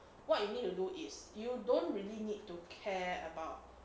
what you need to do is you don't really need to care about